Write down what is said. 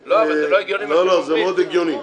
זה מאוד הגיוני.